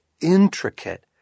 intricate